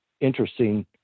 interesting